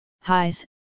highs